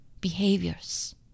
Behaviors